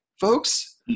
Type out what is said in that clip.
folks